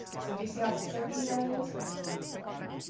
so do you see how silky that is? where's the camera?